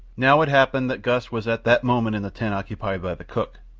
now it happened that gust was at that moment in the tent occupied by the cook,